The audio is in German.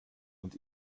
und